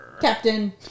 captain